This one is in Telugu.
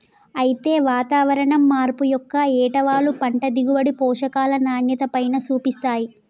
అయితే వాతావరణం మార్పు యొక్క ఏటవాలు పంట దిగుబడి, పోషకాల నాణ్యతపైన సూపిస్తాయి